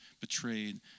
betrayed